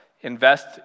Invest